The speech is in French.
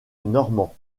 normand